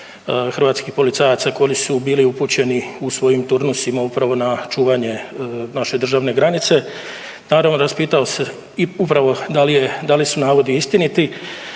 hrvatskih policajaca koji su bili upućeni u svojim turnusima upravo na čuvanje naše državne granice, naravno raspitao se i upravo da li su navodi istiniti.